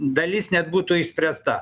dalis net būtų išspręsta